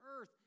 earth